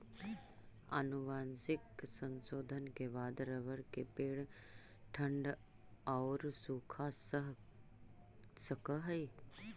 आनुवंशिक संशोधन के बाद रबर के पेड़ ठण्ढ औउर सूखा सह सकऽ हई